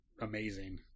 amazing